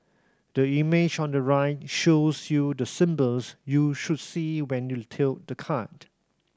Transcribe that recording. the image on the right shows you the symbols you should see when you tilt the card